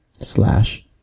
Slash